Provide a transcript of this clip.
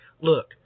Look